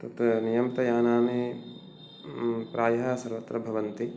तत्र नियमितयानानि प्रायः सर्वत्र भवन्ति